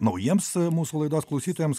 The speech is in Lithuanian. naujiems mūsų laidos klausytojams